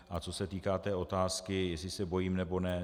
A co se týká té otázky, jestli se bojím, nebo ne.